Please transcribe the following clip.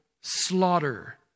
slaughter